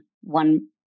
one